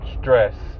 stress